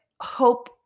hope